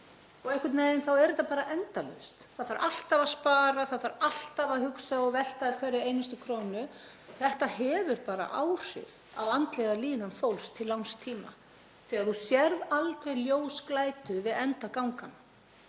og einhvern veginn er þetta bara endalaust. Það þarf alltaf að spara. Það þarf alltaf að hugsa og velta við hverri einustu krónu. Það hefur áhrif á andlega líðan fólks til langs tíma þegar þú sérð aldrei ljósglætu við enda ganganna.